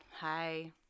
Hi